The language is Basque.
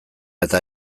eta